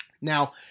Now